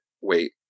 wait